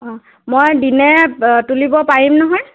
অ' মই দিনে তুলিব পাৰিম নহয়